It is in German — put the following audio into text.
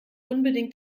unbedingt